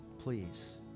please